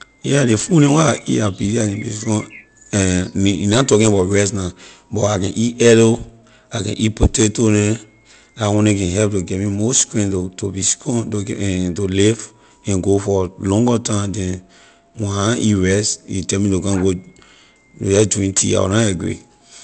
Yeah ley food neh where I eat and you na talking about rice na but I can eat eddo I can eat potato neh la one neh can help to give me more strength to be strong to to live and go for longer time than when I na eat rice then you tell me to come go to jeh drink tea I will na agree.